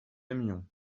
aimions